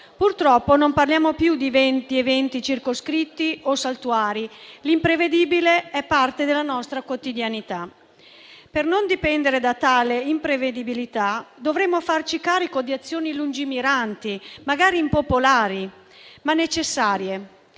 Purtroppo non parliamo più di eventi circoscritti o saltuari: l'imprevedibile è parte della nostra quotidianità. Per non dipendere da tale imprevedibilità dovremmo farci carico di azioni lungimiranti, magari impopolari, ma necessarie.